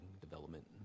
development